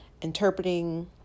interpreting